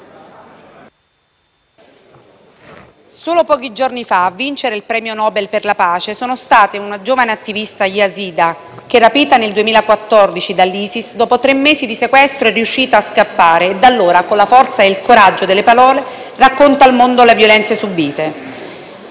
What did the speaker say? solo pochi giorni fa a vincere il premio Nobel per la pace sono stati una giovane attivista yazida, che, rapita nel 2014 dall'ISIS, dopo tre mesi di sequestro è riuscita a scappare e da allora con la forza e il coraggio delle parole racconta al mondo le violenze subite,